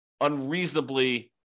unreasonably